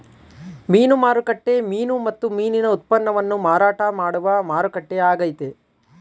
ಮೀನು ಮಾರುಕಟ್ಟೆ ಮೀನು ಮತ್ತು ಮೀನಿನ ಉತ್ಪನ್ನವನ್ನು ಮಾರಾಟ ಮಾಡುವ ಮಾರುಕಟ್ಟೆ ಆಗೈತೆ